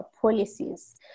policies